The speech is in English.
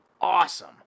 awesome